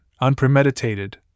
unpremeditated